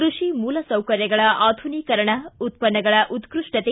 ಕೈಷಿ ಮೂಲಸೌಕರ್ಯಗಳ ಆಧುನೀಕರಣ ಉತ್ತನ್ನಗಳ ಉತ್ತಷ್ಟತೆ